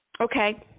Okay